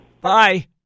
Bye